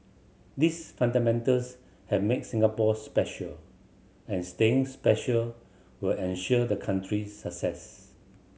these fundamentals have made Singapore special and staying special will ensure the country's success